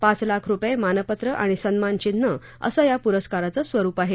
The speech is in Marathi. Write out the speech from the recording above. पाच लाख रुपये मानपत्र आणि सन्मानचिन्ह असं या प्रस्काराचं स्वरुप आहे